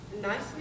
nice